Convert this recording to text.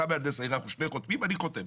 אתה מהנדס העיר, אנחנו שני חותמים אני חותם.